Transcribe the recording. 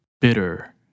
bitter